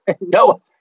No